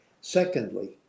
Secondly